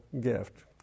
gift